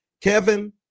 Kevin